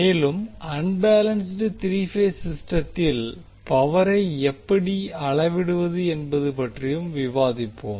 மேலும் unbalanced three phase சிஸ்டத்தில் பவரை எப்படி அளவிடுவது என்பது பற்றியும் விவாதிப்போம்